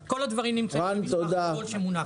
כל הדברים נמצאים במסמך הגדול שמונח לפניכם.